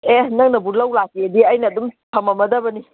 ꯑꯦ ꯅꯪꯅꯕꯨ ꯂꯧ ꯂꯥꯛꯀꯦꯗꯤ ꯑꯩꯅ ꯑꯗꯨꯝ ꯊꯅꯝꯃꯗꯕꯅꯤ